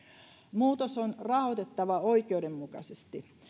muutos on rahoitettava oikeudenmukaisesti